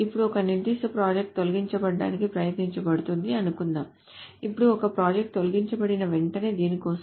ఇప్పుడు ఒక నిర్దిష్ట ప్రాజెక్ట్ తొలగించడానికి ప్రయత్నించబడుతుందని అనుకుందాం ఇప్పుడు ఒక ప్రాజెక్ట్ తొలగించబడిన వెంటనే దీని కోసం